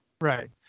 Right